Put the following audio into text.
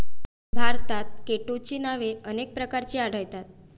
भारतात केटोची नावे अनेक प्रकारची आढळतात